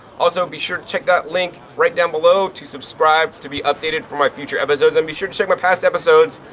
also be sure to check that link right down below to subscribe to be updated for my future episodes. and be sure to check my past episodes.